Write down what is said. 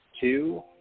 two